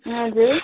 हजुर